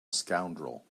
scoundrel